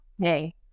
Hey